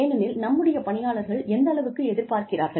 ஏனெனில் நம்முடைய பணியாளர்கள் எந்தளவு எதிர்பார்க்கிறார்கள்